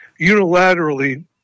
unilaterally